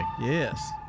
Yes